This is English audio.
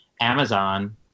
Amazon